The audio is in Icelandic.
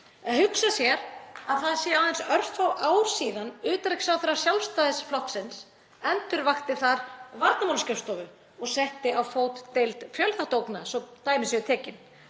hugsa sér að það séu aðeins örfá ár síðan utanríkisráðherra Sjálfstæðisflokksins endurvakti þar varnarmálaskrifstofu, og setti á fót deild fjölþáttaógna, svo dæmi séu tekin.